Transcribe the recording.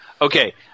Okay